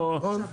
נכון?